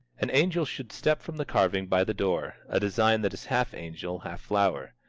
an angel should step from the carving by the door a design that is half angel, half flower.